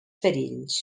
perills